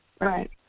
Right